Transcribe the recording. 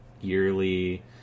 yearly